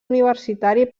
universitari